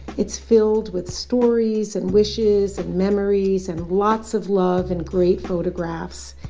it's filled with stories and wishes and memories and lots of love and great photographs.